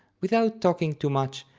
without talking too much,